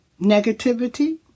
negativity